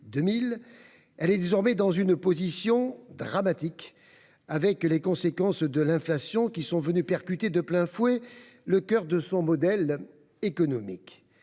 elle est désormais dans une position dramatique du fait des conséquences de l'inflation qui sont venues percuter de plein fouet le coeur de son modèle économique.